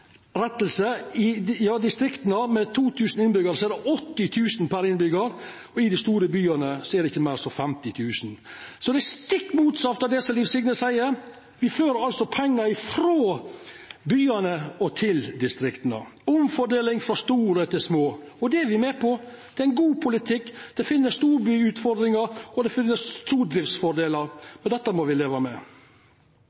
dei store byane er det ikkje meir enn 50 000 kr. Så det er stikk motsett av det som Liv Signe seier. Me fører altså pengar frå byane og til distrikta – omfordeling frå store til små. Og det er me med på, det er god politikk. Det finst storbyutfordringar, og det finst stordriftsfordelar